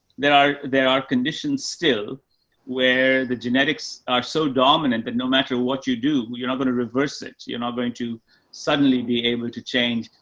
there are, there are conditions still where the genetics are so dominant that no matter what you do, you're not going to reverse it. you're not going to suddenly be able to change.